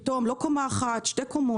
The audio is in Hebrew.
פתאום לא קומה אחת אלא שתיים,